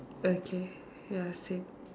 okay ya same